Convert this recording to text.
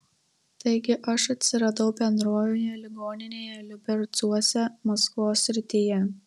taigi aš atsiradau bendrojoje ligoninėje liubercuose maskvos srityje